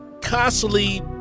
constantly